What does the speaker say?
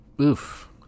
Oof